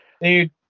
dude